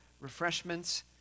refreshments